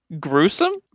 Gruesome